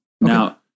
Now